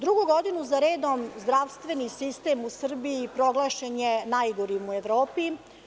Drugu godinu za redom zdravstveni sistem u Srbiji proglašen je najgorim u Evropi.